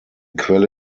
quelle